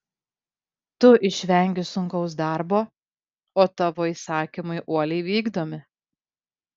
tu išvengi sunkaus darbo o tavo įsakymai uoliai vykdomi